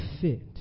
fit